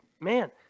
man